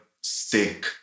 stake